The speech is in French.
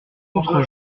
autre